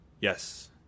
Yes